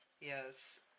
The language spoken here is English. Yes